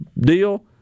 deal